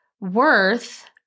worth